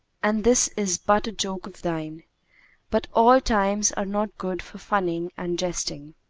and this is but a joke of thine but all times are not good for funning and jesting.